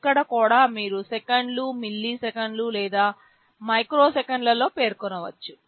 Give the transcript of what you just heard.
ఇక్కడ కూడా మీరు సెకన్లు మిల్లీసెకన్లు లేదా మైక్రోసెకన్లలో పేర్కొనవచ్చు